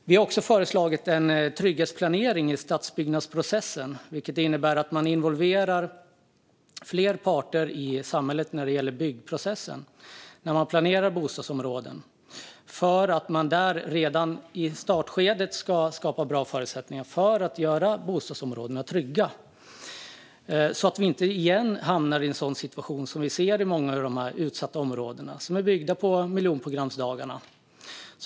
Vi har även föreslagit en trygghetsplanering i stadsbyggnadsprocessen, vilket innebär att man involverar fler parter i samhället när man planerar bostadsområden. Då kan man redan i startskedet skapa bra förutsättningar för att göra bostadsområdena trygga så att vi inte åter hamnar i en sådan situation som vi ser i många av de utsatta områden som byggdes under miljonprogrammets dagar.